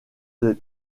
des